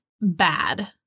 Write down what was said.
bad